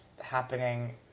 happening